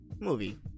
movie